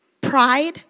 pride